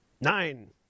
Nine